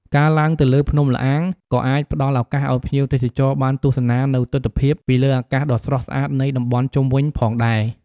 ការឡើងទៅលើ ភ្នំល្អាង ក៏អាចផ្តល់ឱកាសឱ្យភ្ញៀវទេសចរបានទស្សនានូវទិដ្ឋភាពពីលើអាកាសដ៏ស្រស់ស្អាតនៃតំបន់ជុំវិញផងដែរ។